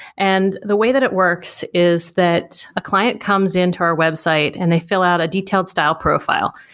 and the way that it works is that a client comes into our website and they fill out a detailed style profile.